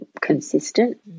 consistent